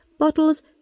bottles